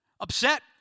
Upset